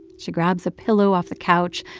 she grabs a pillow off the couch,